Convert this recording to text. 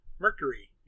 mercury